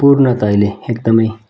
पूर्णतयले एकदमै